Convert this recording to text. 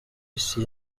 isi